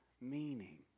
meaning